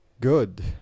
good